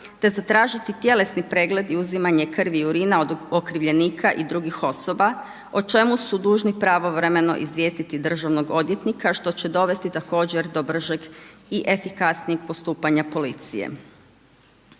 te zatražiti tjelesni pregled i uzimanje krvi i urina od okrivljenika i drugih osoba o čemu su dužni pravovremeno izvijestiti državnog odvjetnika što će dovesti također do bržeg i efikasnijeg postupanja policije.